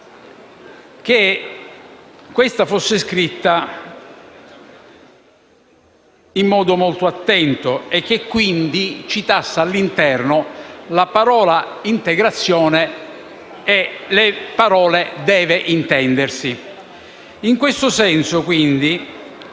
che questo fosse scritto in modo molto attento e che quindi citasse al suo interno la parola: «integrazione» e le parole: «deve intendersi». In questo senso, quindi,